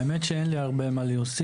האמת היא שאין לי הרבה מה להוסיף,